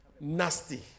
nasty